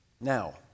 Now